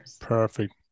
Perfect